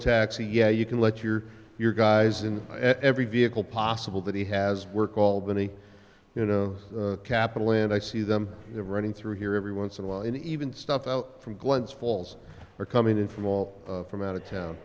taxi yeah you can let your your guys in every vehicle possible that he has work albany you know capital and i see them running through here every once in a while and even stuff from glens falls are coming in from all from out of town